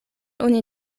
oni